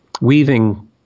weaving